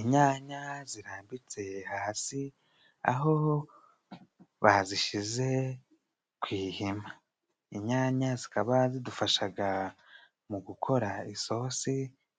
Inyanya zirambitse hasi aho bazishyize ku ihema, inyanya zikaba zidufashaga mu gukora isosi